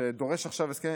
שדורש עכשיו הסכמים,